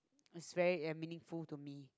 is very uh meaningful to me